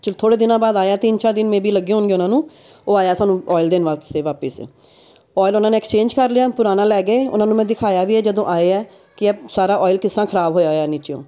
ਚਲੋ ਥੋੜ੍ਹੇ ਦਿਨਾਂ ਬਾਅਦ ਆਇਆ ਤਿੰਨ ਚਾਰ ਦਿਨ ਮੇ ਬੀ ਲੱਗੇ ਹੋਣਗੇ ਉਹਨਾਂ ਨੂੰ ਉਹ ਆਇਆ ਸਾਨੂੰ ਓਇਲ ਦੇਣ ਵਾਸਤੇ ਵਾਪਸ ਓਇਲ ਉਹਨਾਂ ਨੇ ਐਕਸਚੇਂਜ ਕਰ ਲਿਆ ਪੁਰਾਣਾ ਲੈ ਗਏ ਉਹਨਾਂ ਨੂੰ ਮੈਂ ਦਿਖਾਇਆ ਵੀ ਜਦੋਂ ਆਏ ਹੈ ਕਿ ਆ ਸਾਰਾ ਓਇਲ ਕਿਸ ਤਰ੍ਹਾਂ ਖ਼ਰਾਬ ਹੋਇਆ ਹੋਇਆ ਨੀਚੇਓ